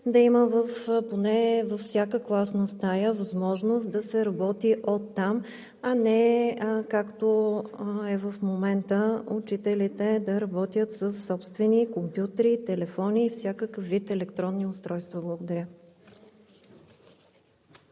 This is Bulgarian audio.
да има поне във всяка класна стая възможност да се работи оттам, а не както е в момента – учителите да работят със собствени компютри, телефони и всякакъв вид електронни устройства. Благодаря.